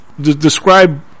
Describe